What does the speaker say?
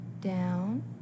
down